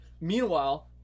Meanwhile